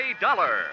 Dollar